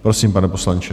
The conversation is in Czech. Prosím, pane poslanče.